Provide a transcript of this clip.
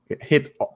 hit